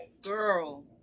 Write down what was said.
girl